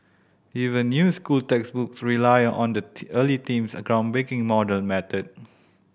even new school textbooks rely on that early team's groundbreaking model method